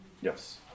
Yes